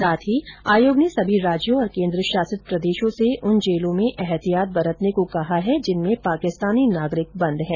साथ ही आयोग ने सभी राज्यों और केन्द्र शासित प्रदेशों से उन जेलों में एहतियात बरतने को कहा है जिनमें पाकिस्तानी नागरिक बंद हैं